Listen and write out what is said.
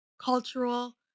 cultural